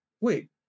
wait